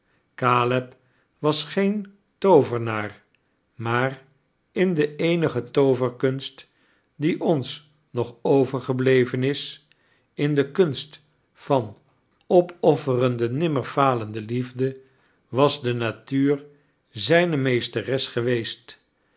was geem toovenaar maar in de eenige tooverkunst die ons nog overgebleven is in de kumst van opoffereinde nimmer falende liefde was de natuur zijne meeste res geweest